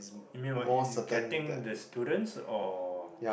you mean what in getting the students or